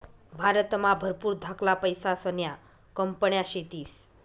भारतमा भरपूर धाकल्या पैसासन्या कंपन्या शेतीस